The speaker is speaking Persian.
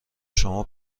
شما